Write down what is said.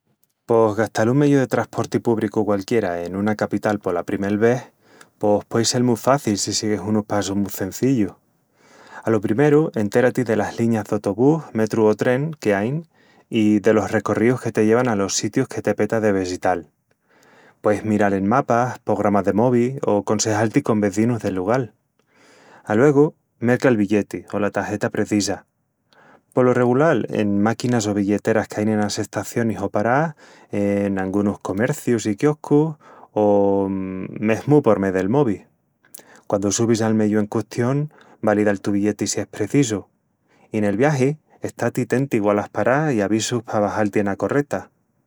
Pos... gastal un meyu de trasporti púbricu qualquiera en una capital pola primel vés... pos puei sel mu faci si siguis unus passus mu cenzillus. Alo primeru, entera-ti delas liñas d'otobús, metru o tren que ain i delos recorríus que te llevan alos sitius que te peta de vesital. Pueis miral en mapas, pogramas de mobi o consejal-ti con vezinus del lugal. Aluegu, merca el billeti o la tageta precisa... polo regulal en máquinas o billeteras qu'ain enas estacionis o parás, en angunus comercius i quioscus, o mesmu por mé del mobi. Quandu subis al meyu en custión, valida'l tu billeti si es precisu. I nel viagi, está-ti téntigu alas parás i avisus pa abaxal-ti ena correta.